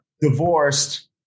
divorced